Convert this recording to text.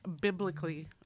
biblically